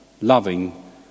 loving